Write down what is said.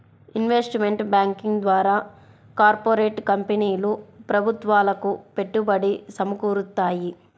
investment banking ద్వారా corporate కంపెనీలు ప్రభుత్వాలకు పెట్టుబడి సమకూరుత్తాయి